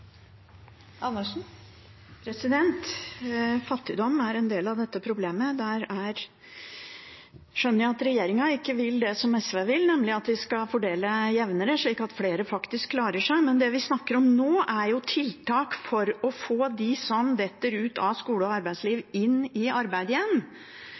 del av dette problemet. Der skjønner jeg at regjeringen ikke vil det som SV vil, nemlig at vi skal fordele jevnere, slik at flere faktisk klarer seg. Men det vi snakker om nå, er tiltak for å få de som detter ut av skole og arbeidsliv, inn i arbeid igjen,